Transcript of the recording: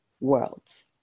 worlds